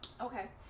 okay